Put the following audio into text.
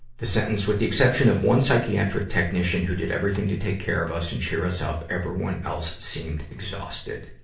the sentence, with the exception of one psychiatric technician, who did everything to take care of us and cheer us up, everyone else seemed exhausted.